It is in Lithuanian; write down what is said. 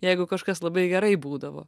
jeigu kažkas labai gerai būdavo